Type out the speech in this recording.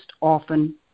often